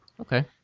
Okay